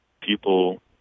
People